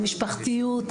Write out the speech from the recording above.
המשפחתיות,